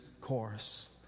chorus